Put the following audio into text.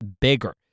bigger